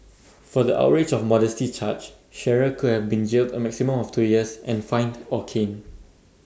for the outrage of modesty charge Shearer could have been jailed A maximum of two years and fined or caned